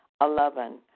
Eleven